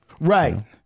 Right